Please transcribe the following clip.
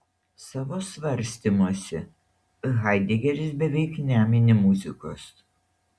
savo svarstymuose haidegeris beveik nemini muzikos